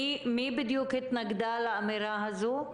מי בדיוק התנגדה לאמירה הזו?